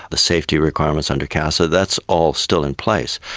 the safety requirements under casa, that's all still in place.